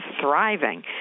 thriving